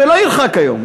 ולא ירחק היום,